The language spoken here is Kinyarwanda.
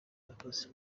yakoze